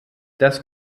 das